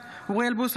אינו נוכח אוריאל בוסו,